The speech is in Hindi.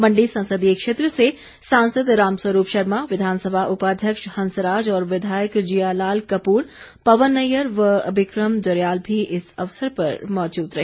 मंडी संसदीय क्षेत्र से सांसद रामस्वरूप शर्मा विधानसभा उपाध्यक्ष हंसराज और विधायक जियालाल कपूर पवन नैय्यर व बिक्रम जरयाल भी इस अवसर पर मौजूद रहे